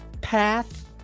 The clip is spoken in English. path